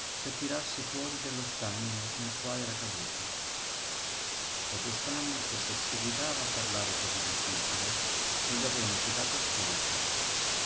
per tirarsi fuori dello stagno nel quale era caduto protestammo che se seguitava a parlare cosí difficile non gli avremmo piú dato ascolto